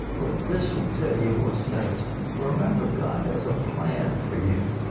but this will tell you what's next. remember, god has a plan for you.